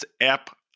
app